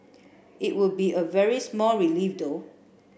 it would be a very small relief though